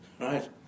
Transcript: right